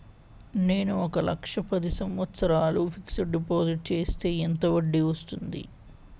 నేను ఒక లక్ష పది సంవత్సారాలు ఫిక్సడ్ డిపాజిట్ చేస్తే ఎంత వడ్డీ వస్తుంది?